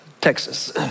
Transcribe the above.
Texas